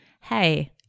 hey